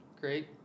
Great